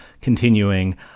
continuing